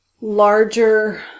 larger